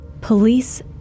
Police